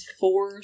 four